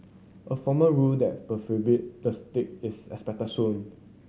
a formal rule that prohibit the stick is expected soon